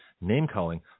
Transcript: name-calling